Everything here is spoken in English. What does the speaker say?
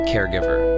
Caregiver